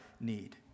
need